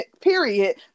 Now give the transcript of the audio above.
period